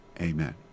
Amen